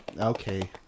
Okay